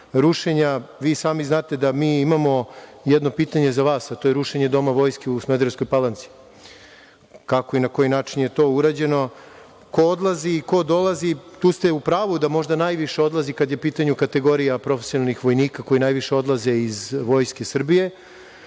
I sami znate da imamo jedno pitanje za vas, a to je pitanje rušenja Doma Vojske u Smederevskoj Palanci, kako i na koji način je to urađeno? Ko odlazi i ko dolazi, tu ste u pravu da možda najviše odlazi kada je u pitanju kategorija profesionalnih vojnika koji najviše odlaze iz Vojske Srbije,